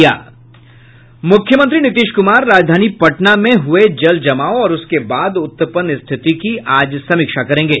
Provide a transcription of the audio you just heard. मुख्यमंत्री नीतीश कुमार राजधानी पटना में हुए जल जमाव और उसके बाद उत्पन्न स्थिति की आज समीक्षा करेंगे